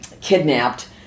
kidnapped